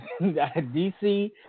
DC